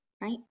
Right